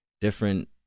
different